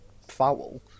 foul